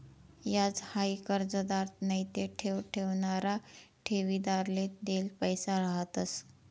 याज हाई कर्जदार नैते ठेव ठेवणारा ठेवीदारले देल पैसा रहातंस